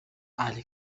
are